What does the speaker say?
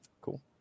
cool